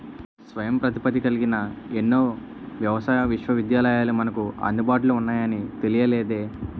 స్వయం ప్రతిపత్తి కలిగిన ఎన్నో వ్యవసాయ విశ్వవిద్యాలయాలు మనకు అందుబాటులో ఉన్నాయని తెలియలేదే